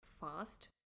fast